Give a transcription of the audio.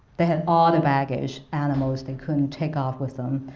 they had all the baggage animals they couldn't take off with them,